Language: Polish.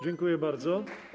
Dziękuję bardzo.